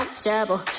trouble